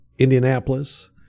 Indianapolis